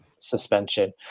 suspension